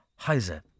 Heiser